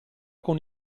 con